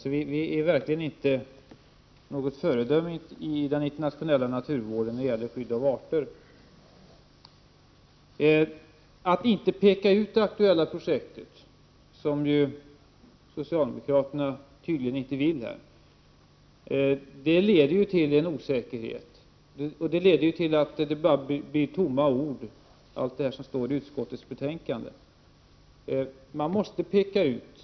Sverige är alltså verkligen inte något föredöme för den internationella naturvården när det gäller skyddet av arter. Socialdemokraterna vill tydligen inte framhålla det aktuella projektet. Det leder till osäkerhet. Allt det som sägs i utskottsbetänkandet blir således bara tomma ord.